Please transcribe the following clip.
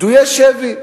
פדויי שבי,